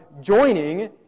joining